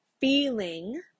feeling